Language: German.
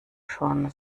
schon